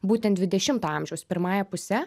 būtent dvidešimto amžiaus pirmąja puse